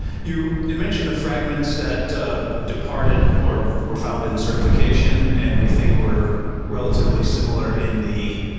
you you mentioned the fragments that departed, or were found in certification, and we think were relatively similar in the